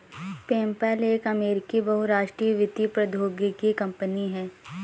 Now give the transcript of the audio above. PayPal एक अमेरिकी बहुराष्ट्रीय वित्तीय प्रौद्योगिकी कंपनी है